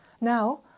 Now